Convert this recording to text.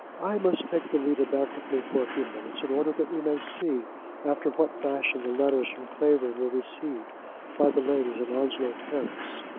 i must take the reader back with me for a few minutes, in order that we may see after what fashion the letters from clavering were received by the ladies in onslow terrace.